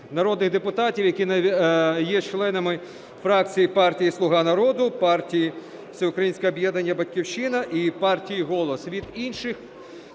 народних депутатів, які є членами фракції партії "Слуга народу", партії Всеукраїнське об'єднання "Батьківщина" і партії "Голос". Від інших